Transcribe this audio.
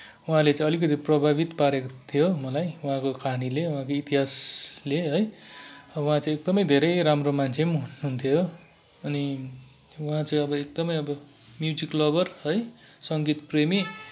उहाँले चाहिँ अलिकति प्रभावित पारेको थियो मलाई उहाँको कहानीले उहाँको इतिहासले है उहाँ चाहिँ एकदमै धेरै राम्रो मान्छे पनि हुनुहुन्थ्यो अनि उहाँ चाहिँ एकदमै अब म्युजिक लभर है सङ्गीत प्रेमी